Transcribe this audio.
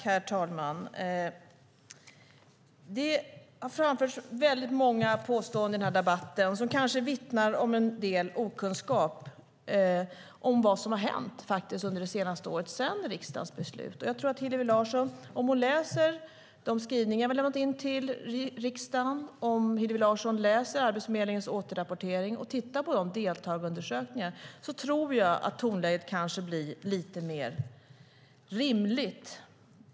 Herr talman! Det har framförts många påståenden i den här debatten som kanske vittnar om en del okunskap om vad som har hänt under det senaste året, sedan riksdagens beslut. Om Hillevi Larsson läser de skrivningar vi lämnat in till riksdagen och om Hillevi Larsson läser Arbetsförmedlingens återrapportering och tittar på deltagarundersökningarna tror jag att tonläget kanske blir lite mer rimligt.